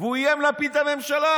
הוא איים להפיל את הממשלה,